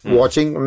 watching